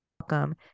welcome